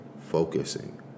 focusing